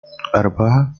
أربعة